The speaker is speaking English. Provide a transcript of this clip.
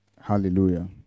Hallelujah